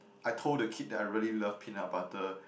I told the kid that I really love peanut butter